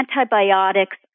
Antibiotics